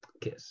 kiss